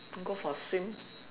don't go for swim